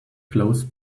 close